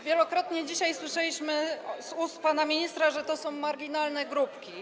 Wielokrotnie dzisiaj słyszeliśmy z ust pana ministra, że to są marginalne grupki.